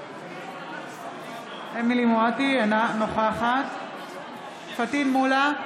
חיה מואטי, אינה נוכחת פטין מולא,